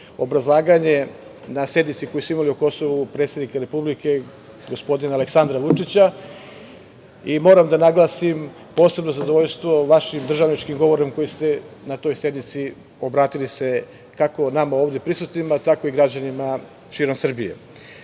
obrazlaganje na sednici koju smo imali o Kosovu predsednika Republike, gospodina Aleksandra Vučića i moram da naglasim posebno zadovoljstvo vašim državničkim govorom koji ste se na toj sednici obratili kako nama ovde prisutnima, tako i građanima širom Srbije. Moje